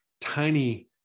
tiny